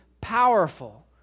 powerful